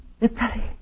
Italy